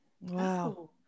wow